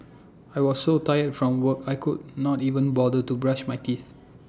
I was so tired from work I could not even bother to brush my teeth